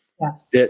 Yes